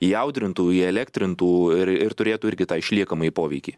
įaudrintų įelektrintų ir ir turėtų ir irgi tą išliekamąjį poveikį